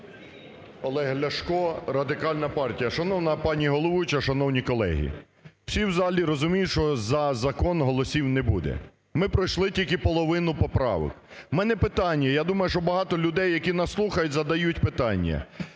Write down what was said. Олег Ляшко, Радикальна партія. Шановна пані головуюча, шановні колеги, всі в залі розуміють, що за закон голосів не буде. Ми пройшли тільки половину поправок. В мене питання, я думаю, що багато людей. Які нас слухають, задають питання.